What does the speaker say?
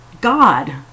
God